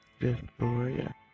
Victoria